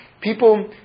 people